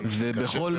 הקשר.